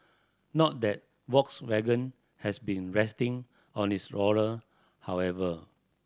not that Volkswagen has been resting on its laurel however